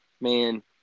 Man